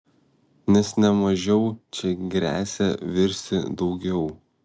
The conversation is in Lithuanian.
nes ne mažiau čia gresia virsti daugiau